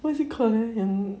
what is it called eh yang